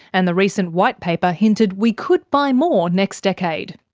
and the recent white paper hinted we could buy more next decade.